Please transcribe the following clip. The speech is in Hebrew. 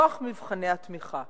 מכוח מבחני התמיכה,